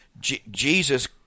Jesus